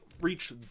reach